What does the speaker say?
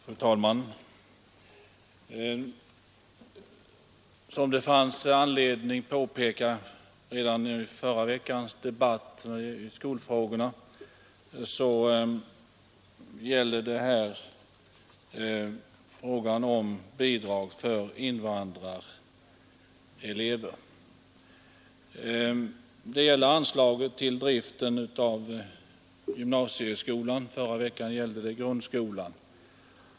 Fru talman! Förra veckan diskuterade vi anslag för stödundervisning av invandrare i grundskolan; i det utskottsbetänkande som vi nu diskuterar behandlas bl.a. frågan om stödundervisning av invandrare i gymnasieskolan.